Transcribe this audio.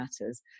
Matters